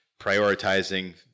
prioritizing